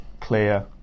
clear